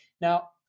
Now